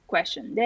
Question